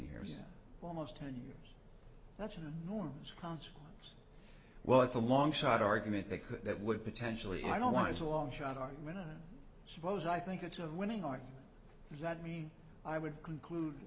ten years almost ten years that's an enormous consequence well it's a long shot argument that could that would potentially i don't want is a long shot argument i suppose i think it's a winning or is that me i would conclude